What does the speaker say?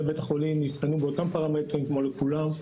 בית החולים נבחנו באותם פרמטרים כמו לכולם,